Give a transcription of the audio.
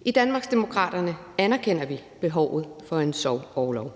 I Danmarksdemokraterne anerkender vi behovet for en sorgorlov.